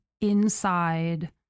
inside